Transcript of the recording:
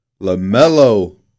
LaMelo